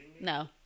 No